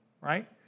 right